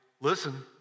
listen